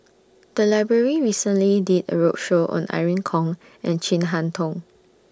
The Library recently did A roadshow on Irene Khong and Chin Harn Tong